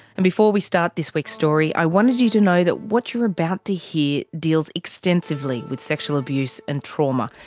and before we start this week's story i wanted you to know that what you're about to hear deals extensively with sexual abuse and trauma.